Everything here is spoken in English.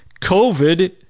COVID